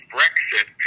Brexit